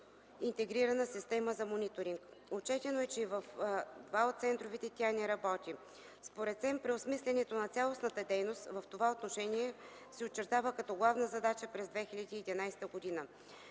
Интегрирана система за мониторинг. Отчетено е, че в два от центровете тя не работи. Според СЕМ преосмислянето на цялостната дейност в това отношение се очертава като главна задача през 2011 г.